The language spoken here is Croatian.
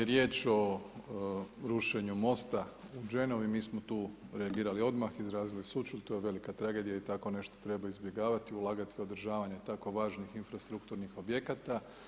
Kad je riječ o rušenju mosta u Genovi, mi smo tu reagirali odmah, izrazili sućut, to je velika tragedija i tako nešto treba izbjegavati i ulagati u održavanje tako važnih infrastrukturnih objekata.